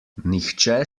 nihče